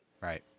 right